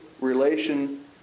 relation